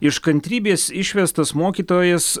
iš kantrybės išvestas mokytojas